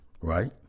Right